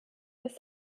des